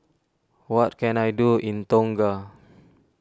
what can I do in Tonga